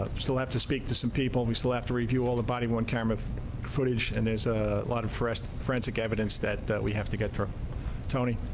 ah still have to speak to some people. we still have to review all the body worn camera footage. and there's a lot of fresh frantic evidence that that we have to get for tony